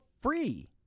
free